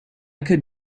could